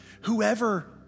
whoever